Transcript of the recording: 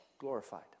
glorified